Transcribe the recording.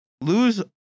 lose